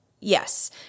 Yes